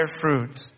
fruit